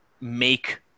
make